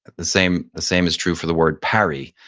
and the same the same as true for the word parry.